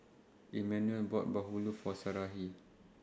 Emanuel bought Bahulu For Sarahi